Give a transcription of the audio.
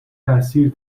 تاثیر